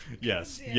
Yes